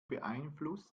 beeinflusst